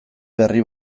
berri